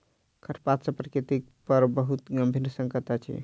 खरपात सॅ प्रकृति पर बहुत गंभीर संकट अछि